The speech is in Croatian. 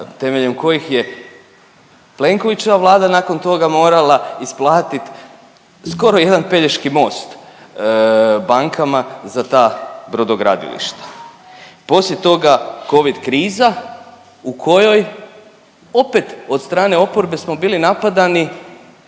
temeljem kojih je Plenkovićeva vlada nakon toga morala isplatiti skoro jedan Pelješki most bankama za ta brodogradilišta. Poslije toga covid kriza u kojoj opet od stane oporbe smo bili napadani